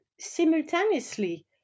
simultaneously